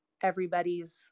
everybody's